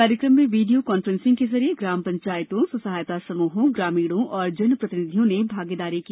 कार्यक्रम में video conferencing के जरिए ग्राम पंचायतों स्व सहायता समूहों ग्रामीणों और जनप्रतिनिधियों ने भागीदारी की